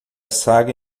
saga